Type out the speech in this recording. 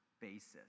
basis